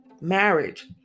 marriage